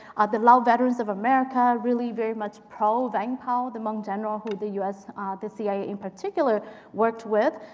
the lao veterans of america. really very much pro-vang pao, the hmong general who the us the cia in particular worked with.